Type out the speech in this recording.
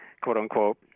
quote-unquote